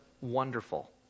wonderful